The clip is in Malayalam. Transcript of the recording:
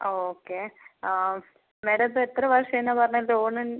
ആ ഓക്കെ ആ മേഡം ഇപ്പം എത്ര വർഷമായെന്നാണ് പറഞ്ഞത് ലോണിന്